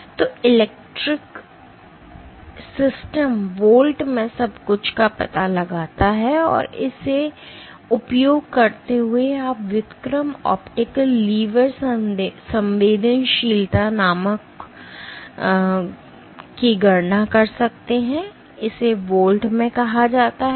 तो electric system volt में सब कुछ का पता लगाता है और इसे उपयोग करते हुए आप व्युत्क्रम ऑप्टिकल लीवर संवेदनशीलता नामक कुछ की गणना कर सकते हैं इसे वोल्ट में कहा जाता है